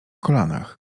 kolanach